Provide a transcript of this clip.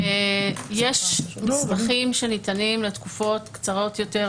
כי יש מסמכים שניתנים לתקופות קצרות יותר,